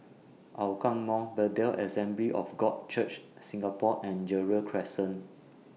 Hougang Mall Bethel Assembly of God Church Singapore and Gerald Crescent